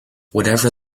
whatever